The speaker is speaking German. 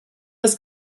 des